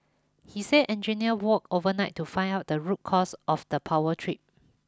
he said engineers worked overnight to find out the root cause of the power trip